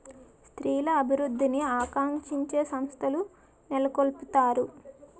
స్త్రీల అభివృద్ధిని ఆకాంక్షించే సంస్థలు నెలకొల్పారు